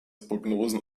prognosen